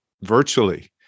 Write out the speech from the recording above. virtually